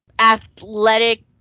Athletic